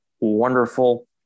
wonderful